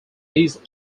these